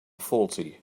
faulty